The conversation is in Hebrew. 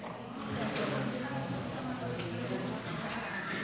מס' 2)